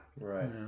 Right